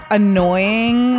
annoying